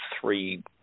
three